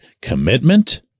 commitment